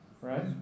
Right